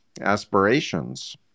aspirations